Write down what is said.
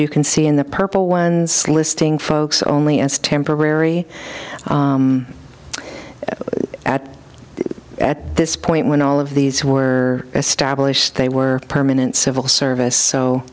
you can see in the purple ones listing folks only as temporary at at this point when all of these were established they were permanent civil service so